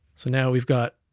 so now we've got,